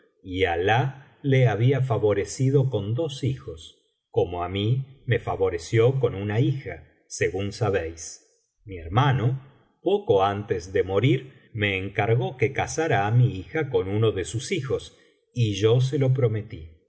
y alah le había favorecido con dos hijos como á mí me favoreció con una hija según sabéis mi hermano poco antes de morir me encargó que casara á mi hija con uno de sus hijos y yo se lo prometí